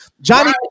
Johnny